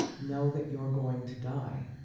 know that you're going to die.